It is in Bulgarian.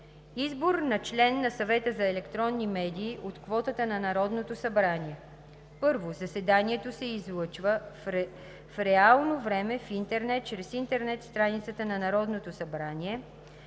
Избор на член на Съвета за електронни медии от квотата на Народното събрание. 1. Заседанието се излъчва в реално време в интернет чрез интернет страницата на Народното събрание.